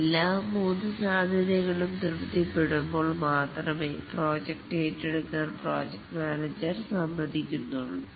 എല്ലാ മൂന്നു സാധ്യതകളും തൃപ്തിപ്പെടുംപോൾ മാത്രമേ പ്രോജക്ട് ഏറ്റെടുക്കാൻ പ്രോജക്റ്റ് മാനേജർ സമ്മതിക്കുന്നുള്ളൂ